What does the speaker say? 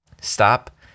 stop